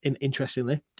interestingly